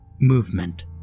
Movement